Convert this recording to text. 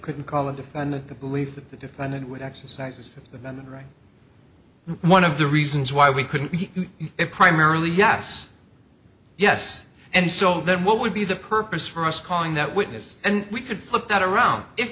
couldn't call a defendant the belief that the defendant would exercise that right one of the reasons why we couldn't see it primarily yes yes and so then what would be the purpose for us calling that witness and we could flip that around if